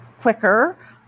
quicker